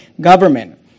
government